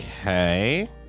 Okay